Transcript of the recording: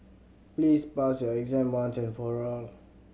please pass your exam once and for all